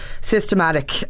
systematic